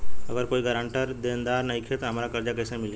अगर कोई गारंटी देनदार नईखे त हमरा कर्जा कैसे मिली?